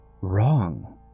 wrong